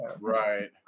Right